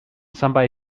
somebody